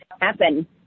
happen